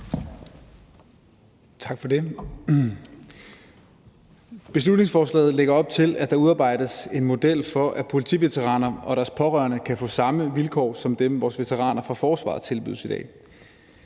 Tak for det.